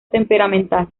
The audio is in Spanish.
temperamental